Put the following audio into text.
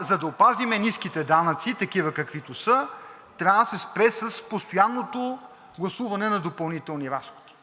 за да опазим ниските данъци такива, каквито са, трябва да се спре с постоянното гласуване на допълнителни разходи.